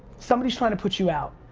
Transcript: somebody's tryin' to put you out.